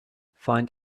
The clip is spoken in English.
find